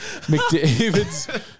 McDavid's